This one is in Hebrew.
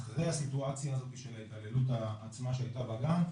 אחרי הסיטואציה הזאת של ההתעללות עצמה שהייתה בגן,